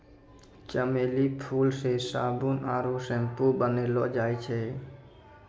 चमेली फूल से साबुन आरु सैम्पू बनैलो जाय छै